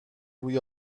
روی